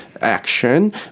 action